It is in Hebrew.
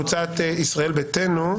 קבוצת ישראל ביתנו,